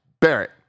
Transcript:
Barrett